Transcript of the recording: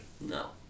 No